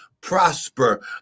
prosper